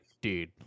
dude